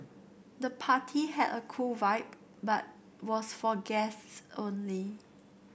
the party had a cool vibe but was for guests only